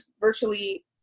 virtually